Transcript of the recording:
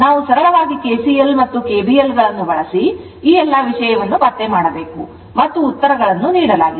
ನಾವು ಸರಳವಾಗಿ kcl kbl ಇದನ್ನು ಬಳಸಿ ಈ ಎಲ್ಲಾ ವಿಷಯವನ್ನು ಪತ್ತೆ ಮಾಡಬೇಕು ಮತ್ತು ಉತ್ತರಗಳನ್ನು ನೀಡಲಾಗಿದೆ